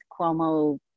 cuomo